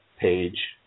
page